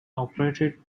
operated